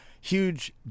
huge